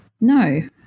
No